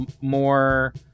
more